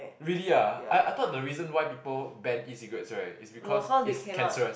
really ah I I thought the reason why people ban E-cigarettes right is because it's cancerous